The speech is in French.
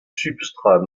substrat